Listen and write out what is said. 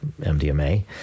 MDMA